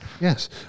yes